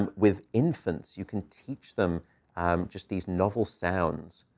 um with infants, you can teach them um just these novel sounds,